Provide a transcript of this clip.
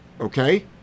okay